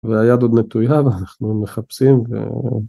‫והיד עוד נטויה, ואנחנו מחפשים.